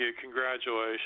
congratulations